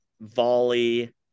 volley